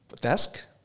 desk